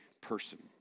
person